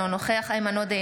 אינו נוכח איימן עודה,